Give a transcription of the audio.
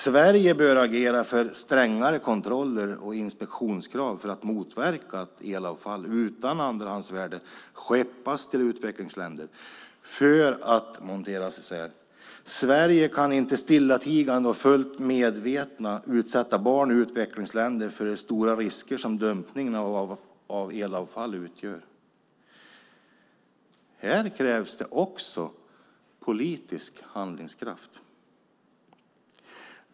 Sverige bör agera för strängare kontroller och inspektionskrav för att motverka att elavfall utan andrahandsvärde skeppas till utvecklingsländer för att monteras isär. Sverige kan inte stillatigande och fullt medvetet utsätta barn i utvecklingsländer för de stora risker som dumpningen av elavfall utgör. Här krävs det också politisk handlingskraft.